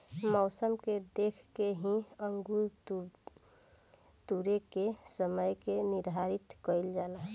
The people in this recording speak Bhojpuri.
मौसम के देख के ही अंगूर तुरेके के समय के निर्धारित कईल जाला